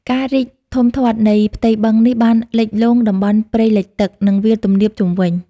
ការរីកធំធាត់នៃផ្ទៃបឹងនេះបានលិចលង់តំបន់ព្រៃលិចទឹក និងវាលទំនាបជុំវិញ។